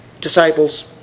disciples